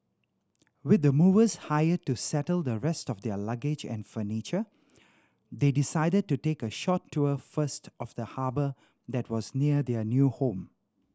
with the movers hired to settle the rest of their luggage and furniture they decided to take a short tour first of the harbour that was near their new home